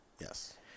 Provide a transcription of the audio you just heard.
Yes